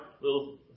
little